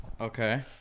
Okay